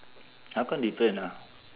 how come different ah